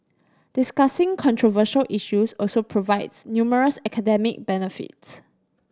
discussing controversial issues also provides numerous academic benefits